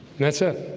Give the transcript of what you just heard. that's it.